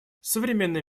современный